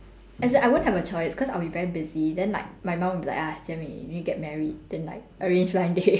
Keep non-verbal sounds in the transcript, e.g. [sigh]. as in I won't have a choice cause I'll be very busy then like my mum will be like ah jia min you need to get married then like arrange blind date [laughs]